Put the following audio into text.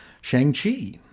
Shang-Chi